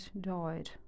died